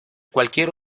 cualquier